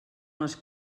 les